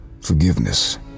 Forgiveness